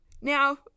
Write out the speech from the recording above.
now